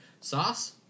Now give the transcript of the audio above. Sauce